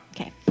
Okay